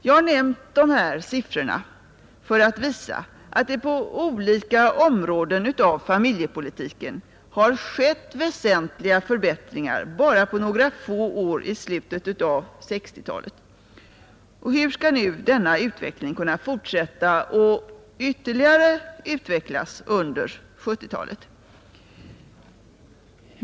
Jag har nämnt dessa siffror för att visa att det på olika områden av familjepolitiken har skett väsentliga förbättringar bara på några få år i slutet på 1960-talet. Hur skall nu denna utveckling kunna fortsätta och ytterligare utvecklas under 1970-talet?